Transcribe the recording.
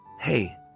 Hey